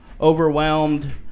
Overwhelmed